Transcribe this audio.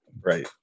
Right